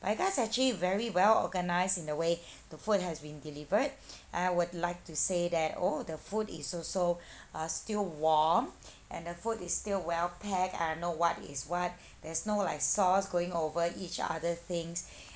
but you guys actually very well organized in a way the food has been delivered and I would like to say that oh the food is also uh still warm and the food is still well packed and I know what is what there's no like sauce going over each other things